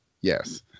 yes